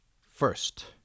first